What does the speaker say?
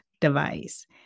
device